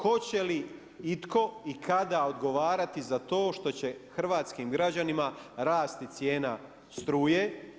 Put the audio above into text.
Hoće li itko i kada odgovarati za to što će hrvatskim građanima rasti cijena struje?